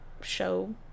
show